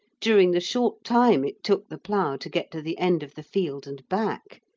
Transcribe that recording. during the short time it took the plough to get to the end of the field and back,